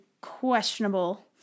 questionable